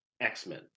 X-Men